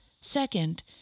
Second